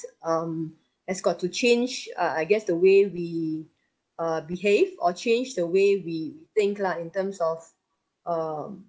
um has got to change uh I guess the way we uh behave or change the way we think lah in terms of um